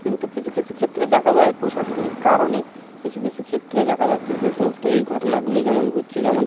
কিন্তু কিছু কিছু ক্ষেত্রে দেখা যায় প্রশাসনিক কারণে কিছু কিছু ক্ষেত্রে দেখা যাচ্ছে যে সমস্ত এই ঘটনাগুলো যেমন ঘটছে যেমন